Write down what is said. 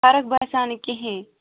فرق باسیاو نہٕ کِہیٖنۍ